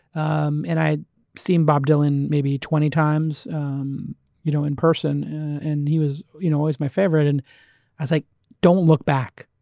um and i saw bob dylan maybe twenty times um you know in person and he was you know always my favorite. and i was like don't look back.